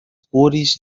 cores